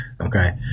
Okay